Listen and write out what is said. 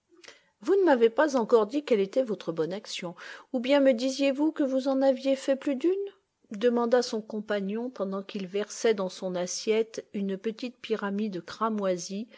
vous ne m'avez pas encore dit quelle était votre bonne action ou bien me disiez-vous que vous en aviez fait plus d'une demanda son compagnon pendant qu'il versait dans son assiette une petite pyramide cramoisie